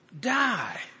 die